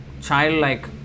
childlike